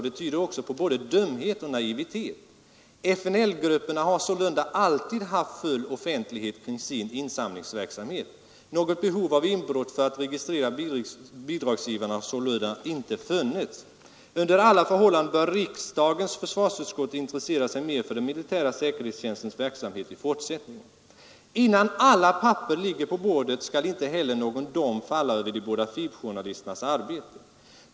Det tyder också på både dumhet och naivitet. FNL-grupperna har sålunda alltid haft full offentlighet kring sin insamlingsverksamhet. Något behov av inbrott för att registera bidragsgivarna har sålunda inte funnits. Under alla förhållanden bör riksdagens försvarsutskott intressera sig mer för den militära säkerhetstjänstens verksamhet i fortsättningen. Innan alla papper ligger på bordet skall inte heller någon dom falla över de båda FiB-journalisternas arbete.